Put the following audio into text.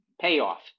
payoff